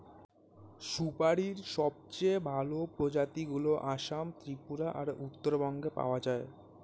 সুপারীর সবচেয়ে ভালো প্রজাতিগুলো আসাম, ত্রিপুরা আর উত্তরবঙ্গে পাওয়া যায়